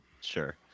sure